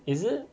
is it